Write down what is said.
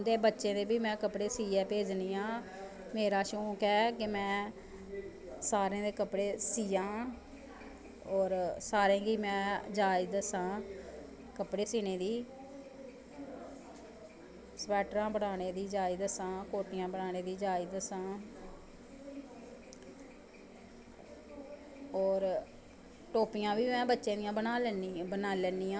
उंदे बच्चें दे बी में कपड़े सियै भेजनी आं मेरा शौंक ऐ के में सारें दे कपड़े सियां और सारें गी में जाच दस्सां कपड़े सीनें दी सबैट्टरां बनानें दी जाच दस्सां कोटियां बनानें दी जाच दस्सां और टोपियां बा में बच्चें दियां बनाई लैन्नी आं